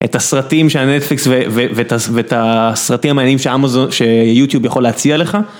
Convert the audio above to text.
את הסרטים של הנטפליקס ואת הסרטים המעניינים שיוטיוב יכול להציע לך.